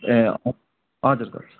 ए हजुर कोच